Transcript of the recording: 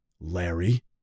Larry